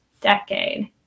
decade